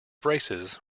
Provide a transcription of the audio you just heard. braces